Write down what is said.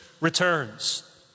returns